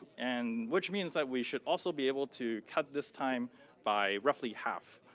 and which means like we should also be able to cut this time by roughly half,